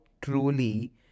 truly